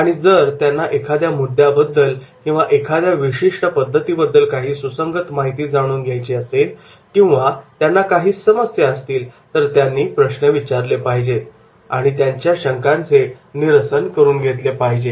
आणि जर त्यांना एखाद्या मुद्द्याबद्दल किंवा एखाद्या विशिष्ट पद्धतीबद्दल काही सुसंगत माहिती जाणून घ्यायची असेल किंवा त्यांना काही समस्या असेल तर त्यांनी प्रश्न विचारले पाहिजेत आणि त्यांच्या शंकांचे निरसन करून घेतले पाहिजे